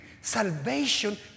Salvation